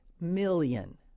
million